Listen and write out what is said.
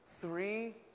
three